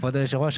כבוד היושב ראש,